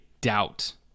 doubt